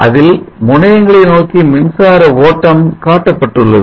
அதில் முனையங்களை நோக்கி மின்சார ஓட்டம் காட்டப்பட்டுள்ளது